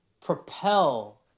propel